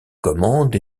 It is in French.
commande